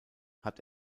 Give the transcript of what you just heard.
hat